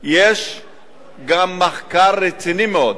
יש גם מחקר רציני מאוד